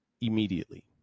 immediately